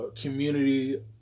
community